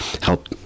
help